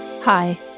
Hi